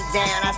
down